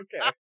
Okay